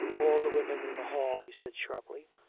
all the women in the hall, he said sharply.